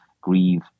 grieve